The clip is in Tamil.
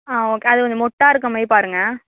ஆ ஓகே அது கொஞ்சம் மொட்டாக இருக்க மாரி பாருங்கள்